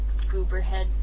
gooberhead